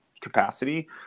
capacity